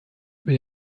über